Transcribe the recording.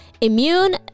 Immune